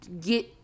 get